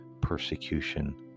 persecution